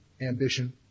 ambition